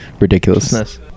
ridiculousness